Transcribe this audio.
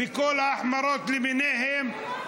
וכל ההחמרות למיניהן,